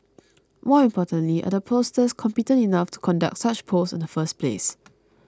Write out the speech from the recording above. more importantly are the pollsters competent enough to conduct such polls in the first place